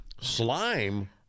Slime